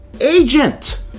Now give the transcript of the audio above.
agent